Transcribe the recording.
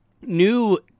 New